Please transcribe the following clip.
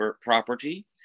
property